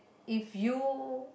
if you